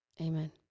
Amen